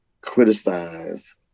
criticize